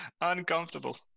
Uncomfortable